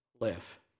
live